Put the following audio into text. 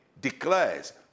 declares